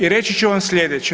I reći ću vam sljedeće.